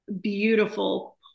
beautiful